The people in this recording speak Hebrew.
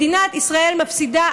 מדינת ישראל מפסידה,